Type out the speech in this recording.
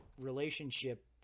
relationship